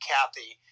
Kathy